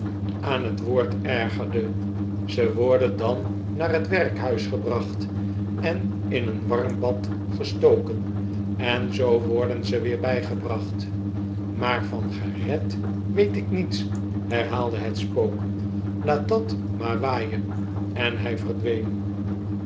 aan t woord ergerde ze worden dan naar t werkhuis gebracht en in een warm bad gestoken en zoo worden ze weer bijgebracht maar van gered weet ik niets jierhaalde het spook laat dat maar waaien en hij verdween